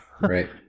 Right